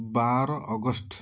ବାର ଅଗଷ୍ଟ